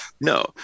No